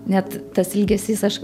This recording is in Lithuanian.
net tas ilgesys aš